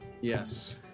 Yes